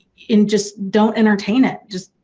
and just don't entertain it, just.